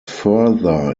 further